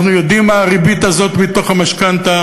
אנחנו יודעים כמה מהווה הריבית הזאת מתוך המשכנתה.